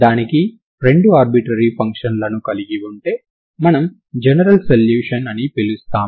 దానికి రెండు ఆర్బిట్రరీ ఫంక్షన్లను కలిగి ఉంటే మనము జనరల్ సొల్యూషన్ అని పిలుస్తాము